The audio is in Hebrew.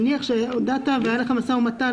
נניח שהודעת והיה לך משא ומתן,